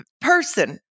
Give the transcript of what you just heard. Person